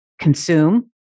consume